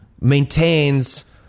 maintains